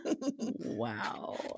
Wow